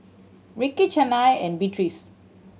Rickey Chynna and Beatrix